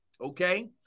okay